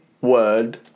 word